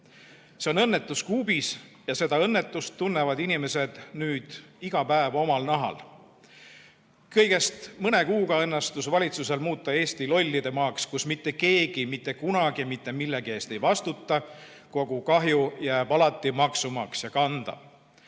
See on õnnetus kuubis ja seda õnnetust tunnevad inimesed nüüd iga päev omal nahal. Kõigest mõne kuuga õnnestus valitsusel muuta Eesti lollidemaaks, kus mitte keegi mitte kunagi mitte millegi eest ei vastuta, kogu kahju jääb alati maksumaksja kanda.